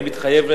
אני מתחייב,